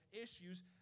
issues